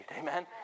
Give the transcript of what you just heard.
Amen